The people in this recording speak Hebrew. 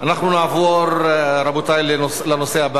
נעבור לנושא הבא: